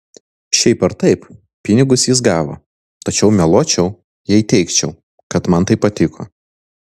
šiaip ar taip pinigus jis gavo tačiau meluočiau jei teigčiau kad man tai patiko